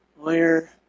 lawyer